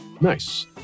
Nice